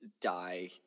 die